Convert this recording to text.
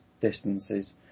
distances